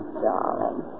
darling